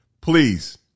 Please